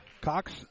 Cox